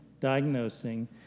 diagnosing